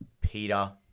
Peter